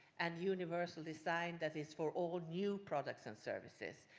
and universal design that is for all new products and services.